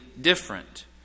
different